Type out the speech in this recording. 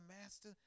master